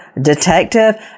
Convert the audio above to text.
detective